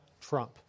Trump